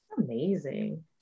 Amazing